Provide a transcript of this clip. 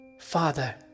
father